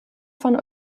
von